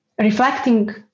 reflecting